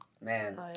man